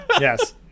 yes